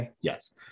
Yes